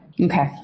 Okay